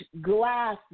glass